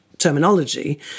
terminology